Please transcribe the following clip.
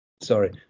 Sorry